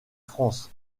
france